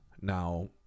Now